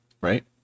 right